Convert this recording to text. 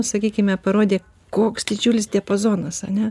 sakykime parodė koks didžiulis diapazonas ane